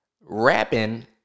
rapping